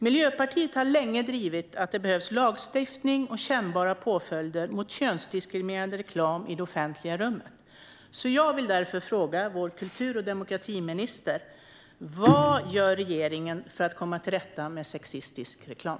Miljöpartiet har länge drivit att det behövs lagstiftning och kännbara påföljder mot könsdiskriminerande reklam i det offentliga rummet. Jag vill därför fråga kultur och demokratiministern: Vad gör regeringen för att komma till rätta med sexistisk reklam?